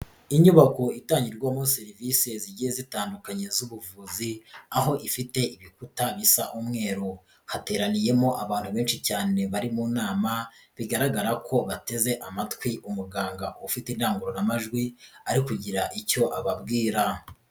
Inyubako itangirwamo serivisi zigiye zitandukanye z'ubuvuzi aho ifite ibikuta bisa umweru, hateraniyemo abantu benshi cyane bari mu nama bigaragara ko bateze amatwi umuganga ufite indangururamajwi ari kugira icyo ababwira.